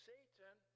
Satan